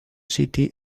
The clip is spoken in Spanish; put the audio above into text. city